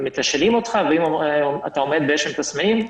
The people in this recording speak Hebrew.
מתשאלים אותך ואם אתה עומד באיזה שהם תסמינים,